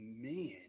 Man